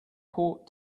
port